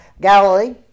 Galilee